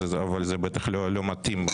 אבל זה בטח לא מתאים.